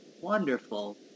wonderful